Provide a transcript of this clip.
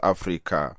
Africa